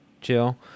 chill